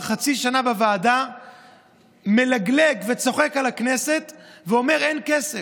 כבר חצי שנה בוועדה מלגלג וצוחק על הכנסת ואומר: אין כסף.